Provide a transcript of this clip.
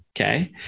okay